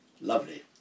Lovely